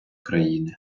країни